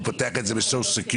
הוא פותח את זה במס' סקיוריטי,